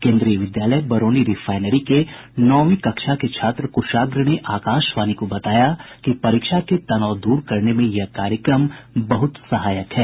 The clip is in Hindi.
केंद्रीय विद्यालय बरौनी रिफाइनरी के नौवीं कक्षा के छात्र कुशाग्र ने आकाशवाणी को बताया कि परीक्षा के तनाव दूर करने में यह कार्यक्रम बहुत सहायक है